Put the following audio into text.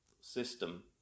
system